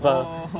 orh